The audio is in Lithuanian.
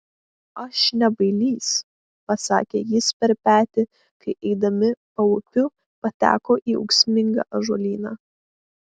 aš ne bailys pasakė jis per petį kai eidami paupiu pateko į ūksmingą ąžuolyną